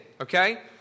okay